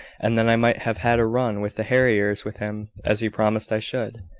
and then i might have had a run with the harriers with him, as he promised i should.